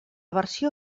versió